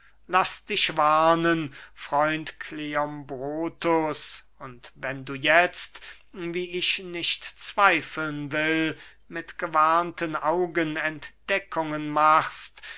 laß dich warnen freund kleombrotus und wenn du jetzt wie ich nicht zweifeln will mit gewarnten augen entdeckungen machst